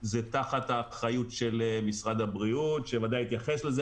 זה תחת האחריות של משרד הבריאות שוודאי יתייחס לזה.